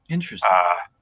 Interesting